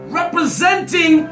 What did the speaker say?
representing